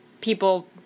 people